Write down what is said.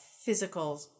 physical